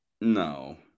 No